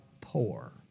poor